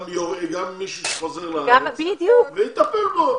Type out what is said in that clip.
גם מישהו שחוזר לארץ, ויטפלו בו.